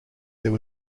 there